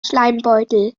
schleimbeutel